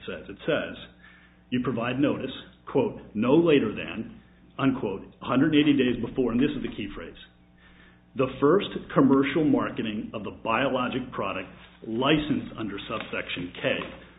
says it says you provide notice quote no later than unquote hundred eighty days before and this is the key phrase the first commercial marketing of the biologic product licensed under subsection